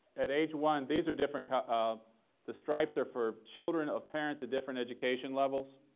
at age one, these are different kind of the stripes are for children of parents at different education levels,